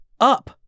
up